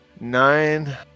Nine